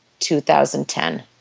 2010